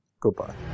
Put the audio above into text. Goodbye